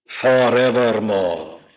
forevermore